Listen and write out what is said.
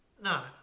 No